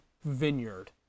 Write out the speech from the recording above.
vineyard